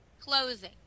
closing